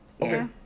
Okay